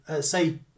say